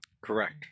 Correct